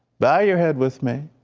bow your head with me,